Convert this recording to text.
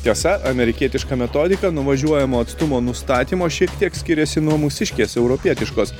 tiesa amerikietiška metodika nuvažiuojamo atstumo nustatymo šiek tiek skiriasi nuo mūsiškės europietiškos